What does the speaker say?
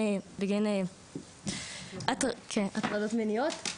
בגין הטרדות מיניות,